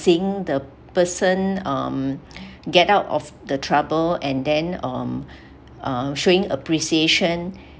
seeing the person um get out of the trouble and then um uh showing appreciation